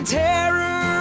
terror